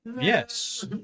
Yes